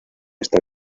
está